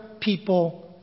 people